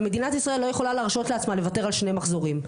ומדינת ישראל לא יכולה להרשות לעצמה לוותר על שני מחזורים.